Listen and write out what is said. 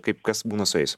kaip kas būna su jais